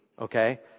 Okay